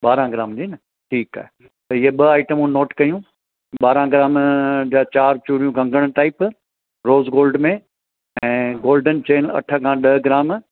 ॿारहं ग्राम जी न ठीकु आहे त इहे ॿ आइटमूं नोट कयूं ॿारहं ग्राम जा चारि चूड़ियूं कंगण टाइप रोज़ गोल्ड में ऐं गोल्डन चेन अठ खां ॾह ग्राम